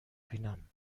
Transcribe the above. بینم